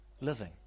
living